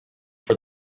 for